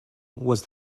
was